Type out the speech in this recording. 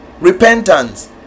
repentance